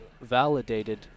validated